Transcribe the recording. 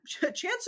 chances